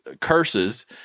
curses